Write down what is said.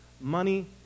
money